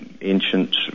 ancient